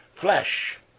flesh